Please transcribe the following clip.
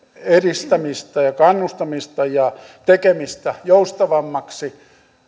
edistämistä ja kannustamista ja tekemistä joustavammaksi